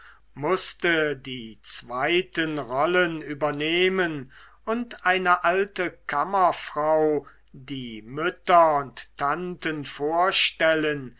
mußte die zweiten rollen übernehmen und eine alte kammerfrau die mütter und tanten vorstellen